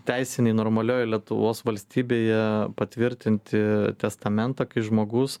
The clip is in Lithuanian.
teisinėj normalioj lietuvos valstybėje patvirtinti testamentą kai žmogus